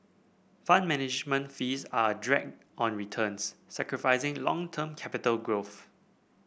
Fund Management fees are a drag on returns sacrificing long term capital growth